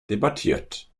debattiert